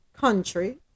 country